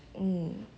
mm